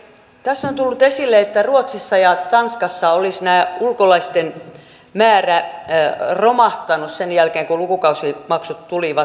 tässä on tullut esille että ruotsissa ja tanskassa olisi ulkolaisten määrä romahtanut sen jälkeen kun lukukausimaksut tulivat